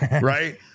right